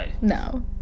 No